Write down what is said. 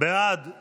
להעביר